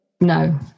no